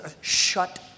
shut